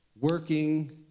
working